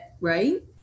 Right